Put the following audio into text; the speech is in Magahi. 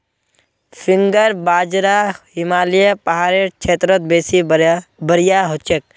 फिंगर बाजरा हिमालय पहाड़ेर क्षेत्रत बेसी बढ़िया हछेक